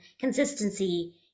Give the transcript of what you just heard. consistency